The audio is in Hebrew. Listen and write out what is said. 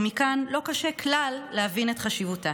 ומכאן לא קשה כלל להבין את חשיבותה.